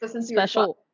special